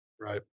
right